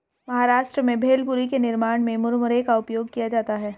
महाराष्ट्र में भेलपुरी के निर्माण में मुरमुरे का उपयोग किया जाता है